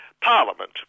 Parliament